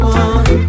one